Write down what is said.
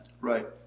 Right